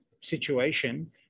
situation